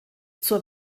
zur